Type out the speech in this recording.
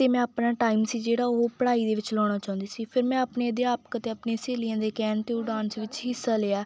ਅਤੇ ਮੈਂ ਆਪਣਾ ਟਾਈਮ ਸੀ ਜਿਹੜਾ ਉਹ ਪੜ੍ਹਾਈ ਦੇ ਵਿੱਚ ਲਾਉਣਾ ਚਾਹੁੰਦੀ ਸੀ ਫਿਰ ਮੈਂ ਆਪਣੇ ਅਧਿਆਪਕ ਅਤੇ ਆਪਣੀ ਸਹੇਲੀਆਂ ਦੇ ਕਹਿਣ 'ਤੇ ਉਹ ਡਾਂਸ ਵਿੱਚ ਹਿੱਸਾ ਲਿਆ